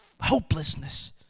hopelessness